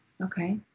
Okay